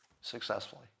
successfully